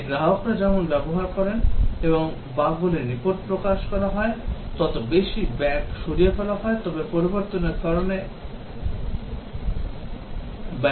এটি গ্রাহকরা যেমন ব্যবহার করেন এবং বাগগুলির রিপোর্ট করা হয় তত বেশি বাগ সরিয়ে ফেলা হয় তবে পরিবর্তনের কারণে বাগগুলিও প্রবর্তিত হয়